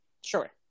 Sure